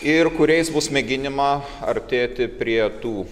ir kuriais bus mėginama artėti prie tų